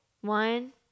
One